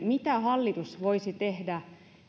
mitä hallitus voisi tehdä